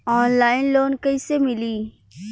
Online loan कइसे मिली?